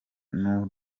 n’u